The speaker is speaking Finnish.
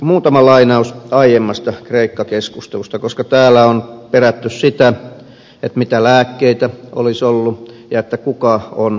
muutama lainaus aiemmasta kreikka keskustelusta koska täällä on perätty sitä mitä lääkkeitä olisi ollut ja kuka on jälkiviisas